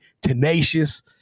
tenacious